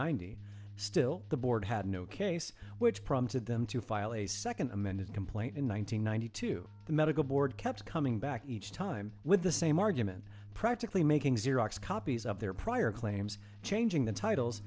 ninety still the board had no case which prompted them to file a second amended complaint in one thousand nine hundred two the medical board kept coming back each time with the same argument practically making xerox copies of their prior claims changing the titles